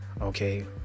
Okay